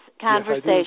conversation